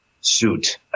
suit